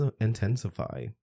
intensify